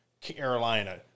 Carolina